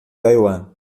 taiwan